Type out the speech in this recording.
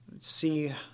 see